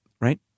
right